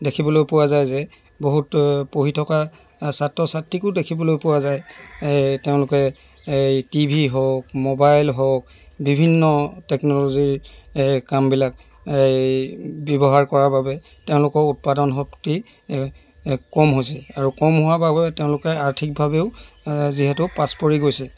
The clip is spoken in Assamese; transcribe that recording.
দেখিবলৈ পোৱা যায় যে বহুত পঢ়ি থকা ছাত্ৰ ছাত্ৰীকো দেখিবলৈ পোৱা যায় এই তেওঁলোকে এই টি ভি হওক মোবাইল হওক বিভিন্ন টেকন'ল'জী এই কামবিলাক এই ব্যৱহাৰ কৰাৰ বাবে তেওঁলোকৰ উৎপাদন শক্তি এই এই কম হৈছে আৰু কম হোৱা বাবে তেওঁলোকে আৰ্থিকভাৱেও যিহেতু পাছ পৰি গৈছে